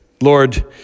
Lord